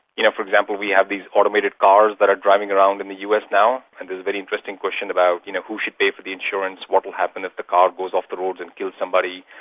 you know for example, we have these automated cars that are driving around in the us now, and there's a very interesting question about you know who should pay for the insurance, what will happen if the car goes off the road and kills somebody,